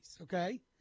okay